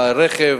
והרכב